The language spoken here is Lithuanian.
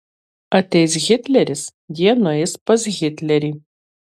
ateis hitleris jie nueis pas hitlerį